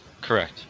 Correct